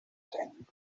cent